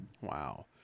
Wow